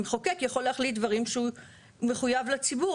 המחוקק יכול להחליט דברים שהוא מחויב לציבור,